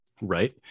right